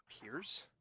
Appears